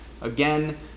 again